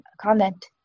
comment